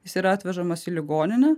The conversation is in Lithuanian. jis yra atvežamas į ligoninę